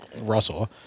Russell